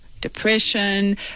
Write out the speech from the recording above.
depression